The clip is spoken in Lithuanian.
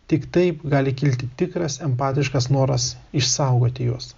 tik taip gali kilti tikras empatiškas noras išsaugoti juos